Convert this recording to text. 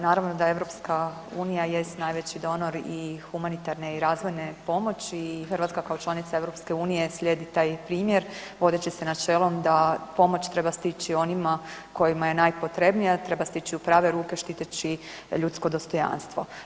naravno da EU jest najveći donor i humanitarne i razvojne pomoći i Hrvatska kao članica EU slijedi taj primjer vodeći se načelom da pomoć treba stići onima kojima je najpotrebnija, treba stići u prave ruke štiteći ljudsko dostojanstvo.